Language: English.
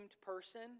person